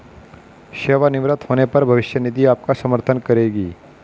सेवानिवृत्त होने पर भविष्य निधि आपका समर्थन करेगी